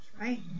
right